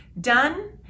done